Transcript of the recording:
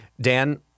Dan